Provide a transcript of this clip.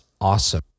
awesome